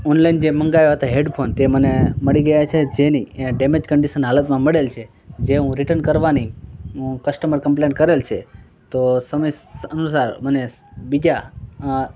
online જે મંગાવ્યા હતા હેડફોન તે મને મળી ગયા છે જેની ડેમેજ કંડિશન હાલતમાં મળેલા છે જે હું રિટર્ન કરવાની હું કસ્ટમર કમ્પલેન કરેલી છે તો સમય સ અનુસાર મને સ બીજા અં